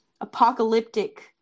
apocalyptic